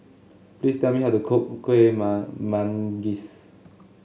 please tell me how to cook Kueh Manggis